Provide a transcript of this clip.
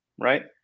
right